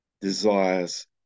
desires